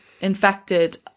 infected